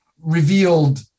revealed